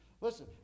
Listen